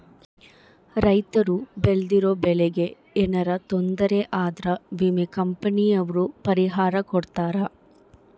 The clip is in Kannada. ರೈತರು ಬೆಳ್ದಿರೋ ಬೆಳೆ ಗೆ ಯೆನರ ತೊಂದರೆ ಆದ್ರ ವಿಮೆ ಕಂಪನಿ ಅವ್ರು ಪರಿಹಾರ ಕೊಡ್ತಾರ